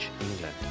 England